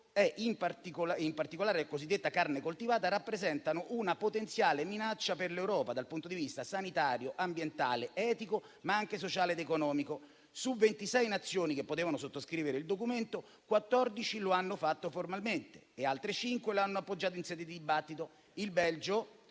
e, in particolare, la cosiddetta carne coltivata, rappresentano una potenziale minaccia per l'Europa dal punto di vista sanitario, ambientale, etico, ma anche sociale ed economico. Su 26 Nazioni che potevano sottoscrivere il documento, 14 lo hanno fatto formalmente e altre 5 lo hanno appoggiato in sede dibattito. Il Belgio